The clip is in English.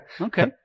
Okay